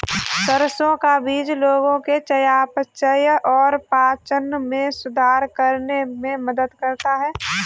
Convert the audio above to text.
सरसों का बीज लोगों के चयापचय और पाचन में सुधार करने में मदद करता है